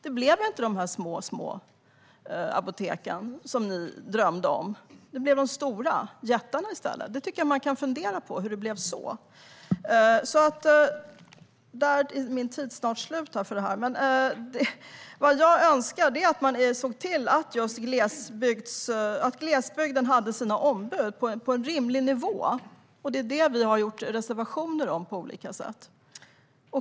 Det blev inte de små apoteken som ni drömde om, utan det blev de stora jättarna i stället. Jag tycker att man kan fundera på hur det blev så. Min talartid är snart slut, men jag önskar att man såg till att glesbygden har ombud på en rimlig nivå. Det är det vi har lämnat reservationer om på olika sätt.